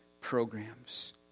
programs